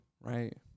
right